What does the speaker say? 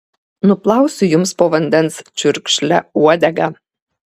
nuplausiu jums po vandens čiurkšle uodegą